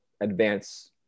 advance –